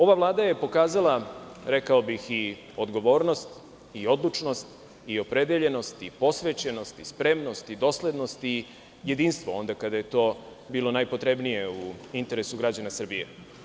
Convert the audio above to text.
Ova vlada pokazala je, rekao bih, i odgovornost i odlučnost i opredeljenost i posvećenost i spremnost i doslednost i jedinstvo onda kada je to bilo najpotrebnije u interesu građana Srbije.